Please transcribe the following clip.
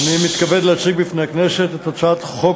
אני מתכבד להציג בפני הכנסת את הצעת חוק